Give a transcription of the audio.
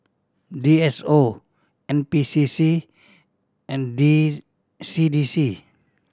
D S O N P C C and D C D C